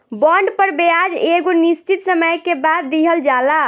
bond पर ब्याज एगो निश्चित समय के बाद दीहल जाला